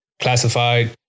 classified